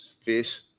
Fish